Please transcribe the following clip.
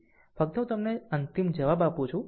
ફક્ત હું તમને અંતિમ જવાબ આપું છું